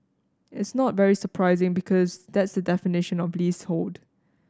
it's not very surprising because that's the definition of leasehold